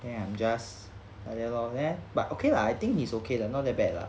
then I'm just like that lor then but okay lah I think he is okay lah not bad lah